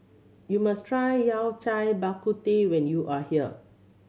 you must try Yao Cai Bak Kut Teh when you are here